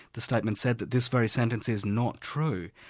this statement said that this very sentence is not true,